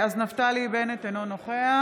(קוראת בשמות חברי הכנסת) נפתלי בנט, אינו נוכח